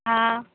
हा